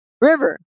River